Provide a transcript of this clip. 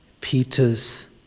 Peter's